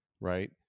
right